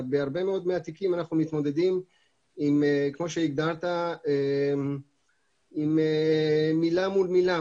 בהרבה מאוד מהתיקים אנחנו מתמודדים עם כמו שהגדרת מילה מול מילה,